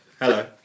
Hello